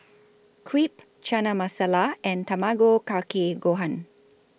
Crepe Chana Masala and Tamago Kake Gohan